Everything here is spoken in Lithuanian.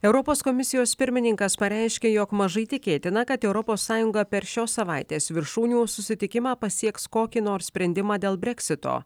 europos komisijos pirmininkas pareiškė jog mažai tikėtina kad europos sąjunga per šios savaitės viršūnių susitikimą pasieks kokį nors sprendimą dėl breksito